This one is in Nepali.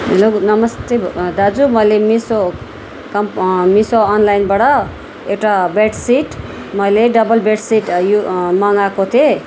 हेलो न नमस्ते दाजु मैले मिसो कम मिसो अनलाइनबाट एउटा बेडसिट मैले डबल बेडसिट यो मगाएको थिएँ